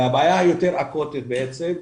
והבעיה היותר אקוטית בעצם,